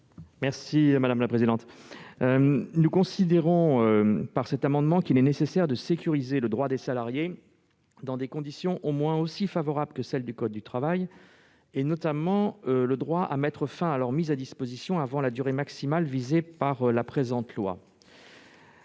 M. Didier Marie. Nous considérons qu'il est nécessaire de sécuriser le droit des salariés dans des conditions au moins aussi favorables que celles du code du travail, notamment le droit à mettre fin à leur mise à disposition avant la durée maximale visée par le présent